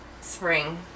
spring